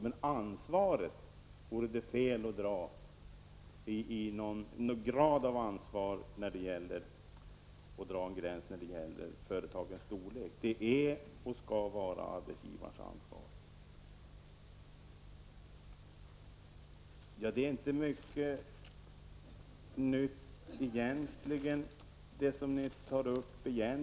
Men när det gäller ansvaret vore det fel att dra en gräns vid företagens storlek. Detta är och skall vara arbetsgivarens ansvar. Det är egentligen ingenting nytt som ni tar upp.